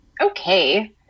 okay